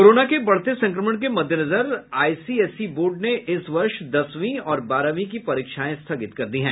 corona के बढ़ते संक्रमण के मद्देनजर आईसीएसई बोर्ड ने इस वर्ष दसवीं और बारहवीं की परीक्षाएं स्थगित कर दी हैं